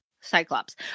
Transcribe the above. Cyclops